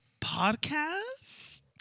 podcast